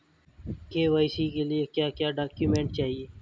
KYC के लिए क्या क्या डॉक्यूमेंट चाहिए?